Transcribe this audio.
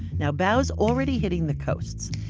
now bao is already hitting the coasts,